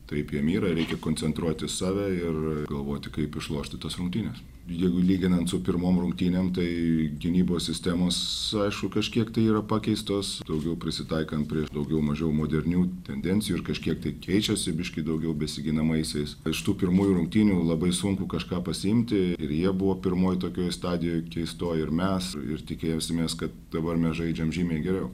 taip jiem yra reikia koncentruotis į save ir galvoti kaip išlošti tas rungtynes jeigu lyginant su pirmom rungtynėm tai gynybos sistemos aišku kažkiek tai yra pakeistos daugiau prisitaikant prie daugiau mažiau modernių tendencijų ir kažkiek tai keičiasi biškį daugiau besiginamaisiais iš tų pirmųjų rungtynių labai sunku kažką pasiimti ir jie buvo pirmoj tokioj stadijoj keistoj ir mes ir tikėsimės kad dabar mes žaidžiam žymiai geriau